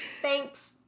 thanks